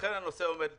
לכן הנושא עומד כאן.